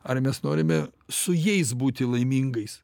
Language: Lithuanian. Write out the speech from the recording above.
ar mes norime su jais būti laimingais